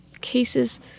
cases